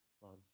loves